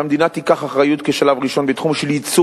שהמדינה תיקח אחריות כשלב ראשון בתחום של ייצור